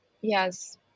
yes